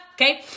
Okay